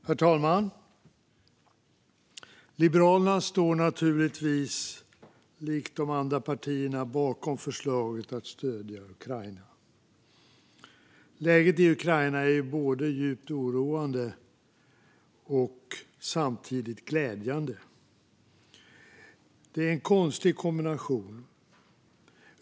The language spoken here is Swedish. Herr talman! Liberalerna står naturligtvis likt de andra partierna bakom förslaget att stödja Ukraina. Läget i Ukraina är både djupt oroande och samtidigt glädjande. Det är en konstig kombination.